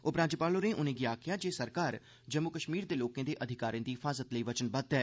उपराज्यपाल होरें उनें'गी आखेआ जे सरकार जम्मू कश्मीर दे लोकें दे अधिकारें दी हिफाज़त लेई वचनबद्व ऐ